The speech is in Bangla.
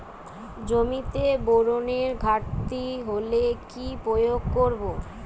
জমিতে বোরনের ঘাটতি হলে কি প্রয়োগ করব?